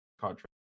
contract